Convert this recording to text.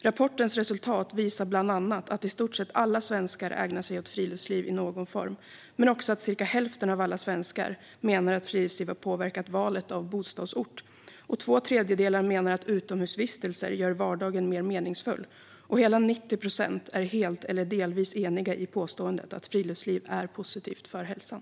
Rapporten visar att i stort sett alla svenskar ägnar sig åt friluftsliv i någon form, och cirka hälften av alla svenskar menar att friluftslivet har påverkat valet av bostadsort. Två tredjedelar menar att utomhusvistelser gör vardagen mer meningsfull, och hela 90 procent är helt eller delvis eniga i påståendet att friluftsliv är positivt för hälsan.